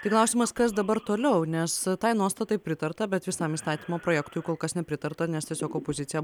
tai klausimas kas dabar toliau nes tai nuostatai pritarta bet visam įstatymo projektui kol kas nepritarta nes tiesiog opozicija